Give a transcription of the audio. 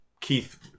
Keith